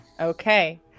Okay